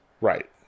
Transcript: right